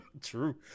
True